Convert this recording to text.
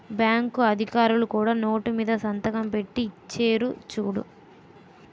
bank అధికారులు కూడా note మీద సంతకం పెట్టి ఇచ్చేరు చూడు